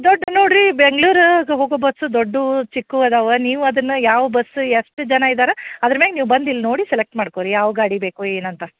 ದೊಡ್ಡ ನೋಡಿರಿ ಬೆಂಗ್ಳೂರಿಗ್ ಹೋಗೋ ಬಸ್ಸು ದೊಡ್ಡವು ಚಿಕ್ಕವು ಅದಾವೆ ನೀವು ಅದನ್ನು ಯಾವ ಬಸ್ಸ್ ಎಷ್ಟು ಜನ ಇದಾರೆ ಅದರ ಮ್ಯಾಗೆ ನೀವು ಬಂದು ಇಲ್ಲಿ ನೋಡಿ ಸೆಲೆಕ್ಟ್ ಮಾಡ್ಕೋ ರೀ ಯಾವ ಗಾಡಿ ಬೇಕು ಏನಂತ